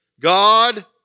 God